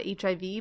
HIV